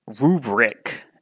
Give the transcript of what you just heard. rubric